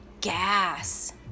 gas